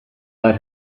let